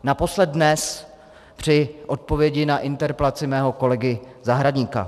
Naposled dnes při odpovědi na interpelaci mého kolegy Zahradníka.